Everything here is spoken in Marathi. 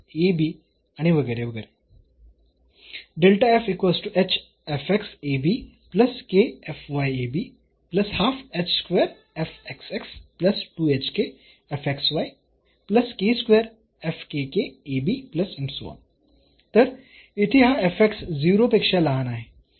तर आपल्याकडे आणि वगैरे वगैरे तर इथे हा 0 पेक्षा लहान आहे